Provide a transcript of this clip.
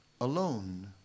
alone